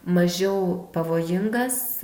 mažiau pavojingas